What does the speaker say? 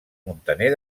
muntaner